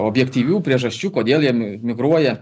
objektyvių priežasčių kodėl jie migruoja